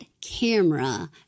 camera